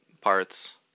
parts